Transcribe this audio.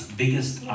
biggest